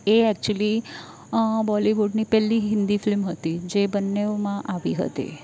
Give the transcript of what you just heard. એ actually બોલિવૂડની પહેલી Hindi film હતી જે બંનેમાં આવી હતી